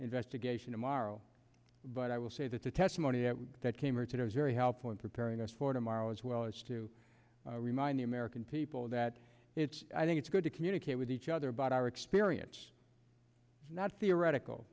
investigation tomorrow but i will say that the testimony that came here today was very helpful in preparing us for tomorrow as well as to remind the american people that it's i think it's good to communicate with each other about our experience not theoretical